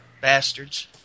Bastards